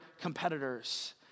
competitors